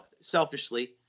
selfishly